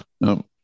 no